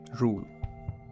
rule